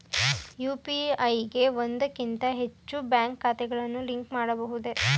UPI ಗೆ ಒಂದಕ್ಕಿಂತ ಹೆಚ್ಚು ಬ್ಯಾಂಕ್ ಖಾತೆಗಳನ್ನು ಲಿಂಕ್ ಮಾಡಬಹುದೇ?